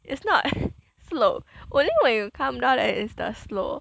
it's not slope only when you come down then it's the slope